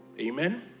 Amen